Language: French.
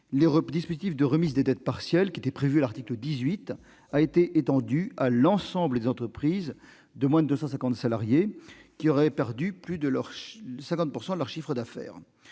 le dispositif de remises de dettes partielles prévu à l'article 18 a été étendu à l'ensemble des entreprises de moins de 250 salariés qui auraient perdu plus de 50 % de leur chiffre d'affaires.